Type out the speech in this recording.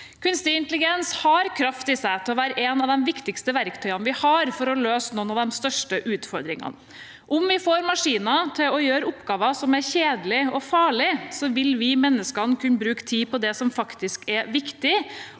Kunstig intelligens har kraft i seg til å være et av de viktigste verktøyene vi har for å løse noen av de største utfordringene. Om vi får maskiner til å gjøre oppgaver som er kjedelige og farlige, vil vi mennesker kunne bruke tid på det som faktisk er viktig.